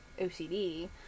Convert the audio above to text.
OCD